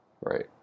Right